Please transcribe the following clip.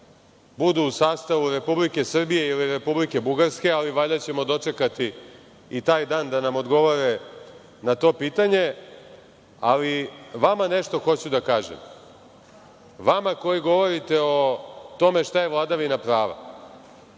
budu u sastavu Republike Srbije ili Republike Bugarske, ali valjda ćemo dočekati i taj dan da nam odgovore na to pitanje. Ali, vama nešto hoću da kažem, vama koji govorite o tome šta je vladavina prava. To